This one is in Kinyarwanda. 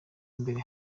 imbere